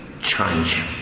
change